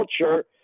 culture